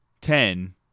Ten